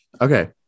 Okay